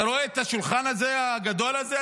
אתה רואה את השולחן הגדול הזה,